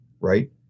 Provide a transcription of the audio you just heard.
right